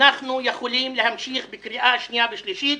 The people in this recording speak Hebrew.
אנחנו יכולים להמשיך בקריאה שניה ושלישית,